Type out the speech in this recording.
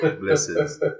Blessings